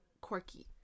quirky